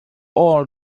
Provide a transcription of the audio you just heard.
all